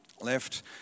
left